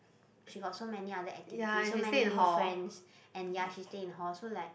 she got so many other activities so many new friends and ya she stay in hall so like